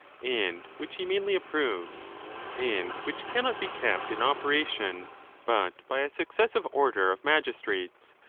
and which he mainly approves and which cannot be kept in operation but by a successive order of magistrates,